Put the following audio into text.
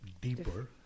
deeper